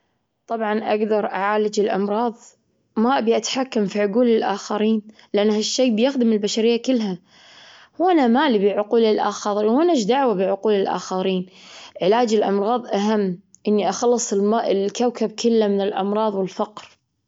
طبعا، أقدر أعالج الأمراض. ما أبي أتحكم في عقول الآخرين لأن هالشي بيخدم البشرية كلها. وأنا ما لي بعقول الآخر، وأنا إيش دعوة بعقول الآخرين؟ علاج الأمراض أهم. أني أخلص الكوكب كله من الأمراظ والفقر.